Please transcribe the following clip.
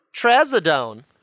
Trazodone